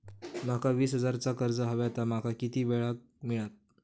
माका वीस हजार चा कर्ज हव्या ता माका किती वेळा क मिळात?